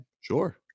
sure